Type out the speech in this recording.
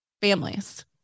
families